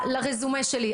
לרזומה שלי.